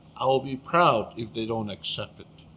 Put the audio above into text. i will be proud if they don't accept it